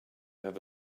have